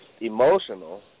emotional